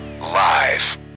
Live